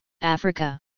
Africa